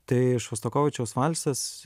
tai šostakovičiaus valsas